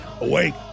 awake